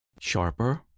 Sharper